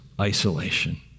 isolation